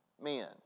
men